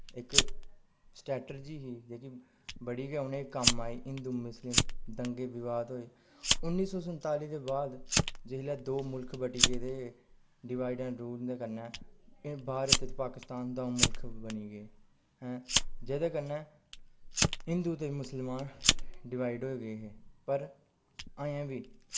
इक स्रैटरजी ही जेह्की बड़ी गै उनें गी कम्म आई हिंदू मुस्लिम दंगे विवाद होए उन्नी सौ संताली दे बाद जिसलै दो मुल्ख बंटी गेदे हे डिवाईड एण्ड रूल दे कन्नै एह् भारत ते पाकिस्तान द'ऊं मुल्ख बनी गे हैं जेह्दे कन्नै हिंदु ते मुस्लमान डिवाईड होई गे हे पर अजैं बी